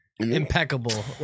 Impeccable